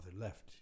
left